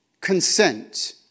Consent